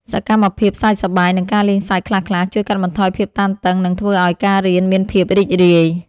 សកម្មភាពសើចសប្បាយ និងការលេងសើចខ្លះៗ ជួយកាត់បន្ថយភាពតានតឹង និងធ្វើឱ្យការរៀនមានភាពរីករាយ។